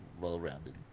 well-rounded